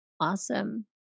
Awesome